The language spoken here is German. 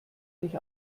sich